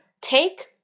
Take